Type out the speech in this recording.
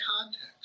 context